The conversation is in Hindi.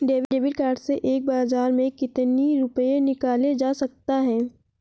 डेविड कार्ड से एक बार में कितनी रूपए निकाले जा सकता है?